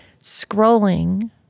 scrolling